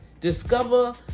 Discover